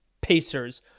pacers